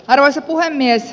arvoisa puhemies